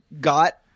got